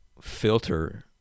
filter